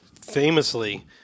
Famously